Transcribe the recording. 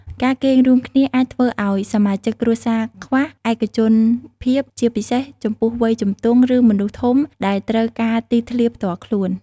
ការគេងរួមគ្នាអាចធ្វើឱ្យសមាជិកគ្រួសារខ្វះ ឯកជនភាព ជាពិសេសចំពោះវ័យជំទង់ ឬមនុស្សធំដែលត្រូវការទីធ្លាផ្ទាល់ខ្លួន។